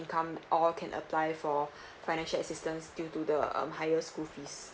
income all can apply for financial assistance due to the um higher school fees